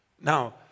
Now